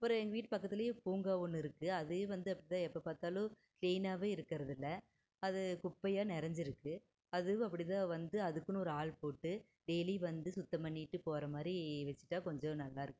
அப்புறம் எங்கள் வீட்டு பக்கத்துலேயே பூங்கா ஒன்று இருக்கு அதே வந்து அப்படிதான் எப்போ பார்த்தாலும் கிளீனாகவே இருக்கிறது இல்லை அது குப்பையாக நெறைஞ்சி இருக்கு அது அப்படி தான் வந்து அதுக்குனு ஒரு ஆள் போட்டு டெய்லியும் வந்து சுத்தம் பண்ணிவிட்டு போகிற மாதிரி வைச்சிட்டா கொஞ்சம் நல்லா இருக்கும்